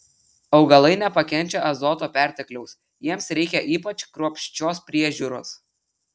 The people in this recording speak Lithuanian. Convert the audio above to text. augalai nepakenčia azoto pertekliaus jiems reikia ypač kruopščios priežiūros